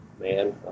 man